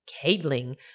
Cabling